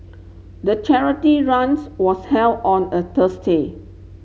the charity runs was held on a Thursday